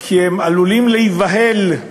כי הם עלולים להיבהל,